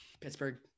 Pittsburgh